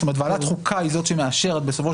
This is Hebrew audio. זאת אומרת ועדת חוקה היא זאת שמאשרת בסופו